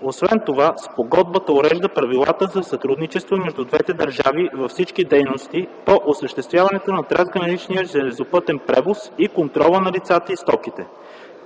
Освен това, спогодбата урежда правилата за сътрудничество между двете държави във всички дейности по осъществяването на трансграничния железопътен превоз и контрола на лицата и стоките,